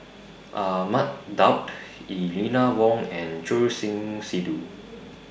Ahmad Daud Eleanor Wong and Choor Singh Sidhu